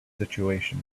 situation